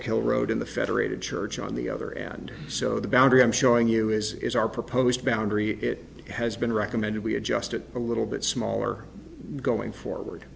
a road in the federated church on the other and so the boundary i'm showing you is is our proposed boundary it has been recommended we adjust it little a but smaller going forward